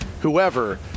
whoever